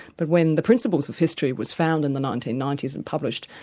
but when the principles of history was found in the nineteen ninety s and published,